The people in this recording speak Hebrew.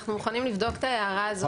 אנחנו מוכנים לבדוק את ההערה הזאת.